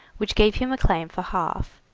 which gave him a claim for half,